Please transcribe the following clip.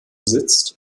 sitzt